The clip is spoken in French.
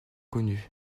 connu